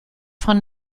von